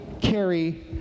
carry